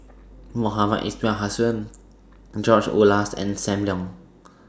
Mohamed Ismail Hussain George Oehlers and SAM Leong